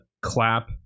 clap